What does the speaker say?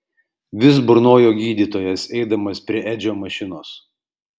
vis burnojo gydytojas eidamas prie edžio mašinos